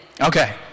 Okay